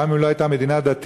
גם אם היא לא הייתה מדינה דתית,